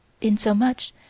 insomuch